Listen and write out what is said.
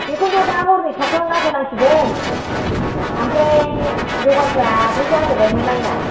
बेखौथ' दा हरनि सातथायावनो गाखोनांसिनगोन ओमफ्राय जगारफ्राथ' जाजोबबायमोन आंना